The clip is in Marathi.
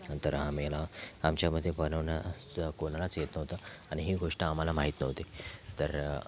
नंतर आम्ही ना आमच्यामध्ये बनवण्यात कोणालाच येत नव्हतं आणि ही गोष्ट आम्हाला माहीत नव्हती तर